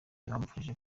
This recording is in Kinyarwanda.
bamufashije